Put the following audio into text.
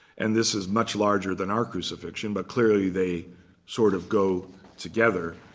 and this is much larger than our crucifixion, but clearly, they sort of go together.